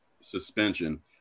suspension